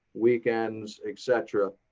weekends, et cetera.